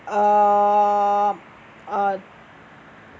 err uh